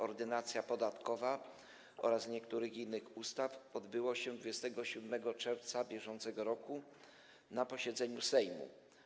Ordynacja podatkowa oraz niektórych innych ustaw odbyło się 27 czerwca br. na posiedzeniu Sejmu.